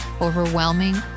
overwhelming